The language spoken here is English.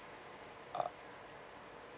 ah